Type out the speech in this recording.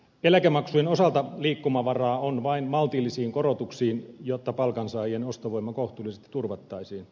eläkemaksujen osalta liikkumavaraa on vain maltillisiin korotuksiin jotta palkansaajien ostovoima kohtuullisesti turvattaisiin